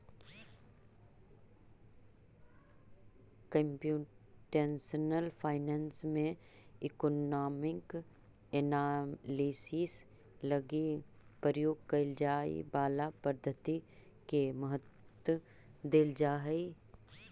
computational finance में economic analysis लगी प्रयोग कैल जाए वाला पद्धति के महत्व देल जा हई